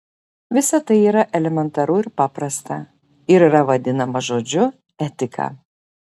visa tai yra elementaru ir paprasta ir yra vadinama žodžiu etika